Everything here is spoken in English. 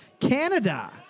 Canada